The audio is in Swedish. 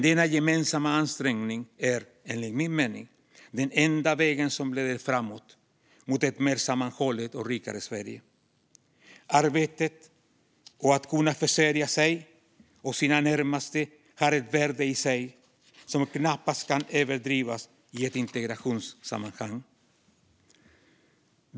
Denna gemensamma ansträngning är, enligt min mening, den enda vägen som leder framåt, mot ett mer sammanhållet och rikare Sverige. Arbetet och att kunna försörja sig och sina närmaste har ett värde i sig som knappast kan överdrivas i ett integrationssammanhang.